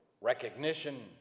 recognition